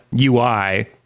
UI